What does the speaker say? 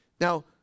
Now